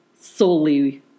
solely